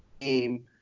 game